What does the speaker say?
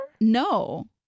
No